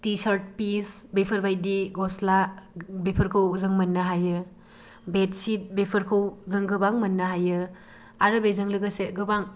T shirt piece बेफोरबायदि गसला बेफोरखौ जों मोननो हायो बेडसिट बेफोरखौ जों गोबां मोननो हायो आरो बेजों लोगोसे गोबां